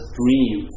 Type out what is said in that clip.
dream